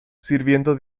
sirviendo